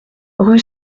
rue